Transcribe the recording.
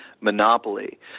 monopoly